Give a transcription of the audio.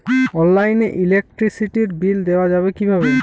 অনলাইনে ইলেকট্রিসিটির বিল দেওয়া যাবে কিভাবে?